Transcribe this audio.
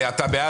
מי נגד?